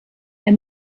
ein